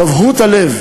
גבהות הלב